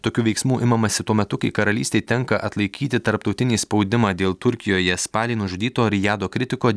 tokių veiksmų imamasi tuo metu kai karalystei tenka atlaikyti tarptautinį spaudimą dėl turkijoje spalį nužudyto rijado kritiko